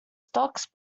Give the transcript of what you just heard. stocks